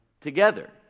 together